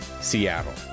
seattle